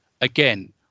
Again